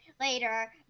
later